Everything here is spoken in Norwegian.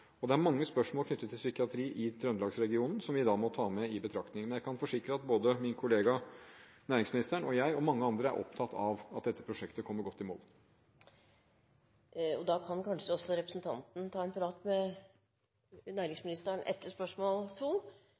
Det er mange spørsmål knyttet til psykiatri i Trøndelagsregionen som vi må ta med i betraktningen, men jeg kan forsikre om at både min kollega, næringsministeren, jeg og mange andre er opptatt av at dette prosjektet kommer godt i mål. Da kan kanskje representanten Hofstad Helleland ta en prat med næringsministeren etter spørsmål